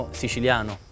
siciliano